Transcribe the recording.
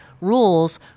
Rules